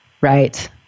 Right